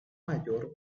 mayor